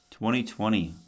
2020